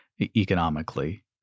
economically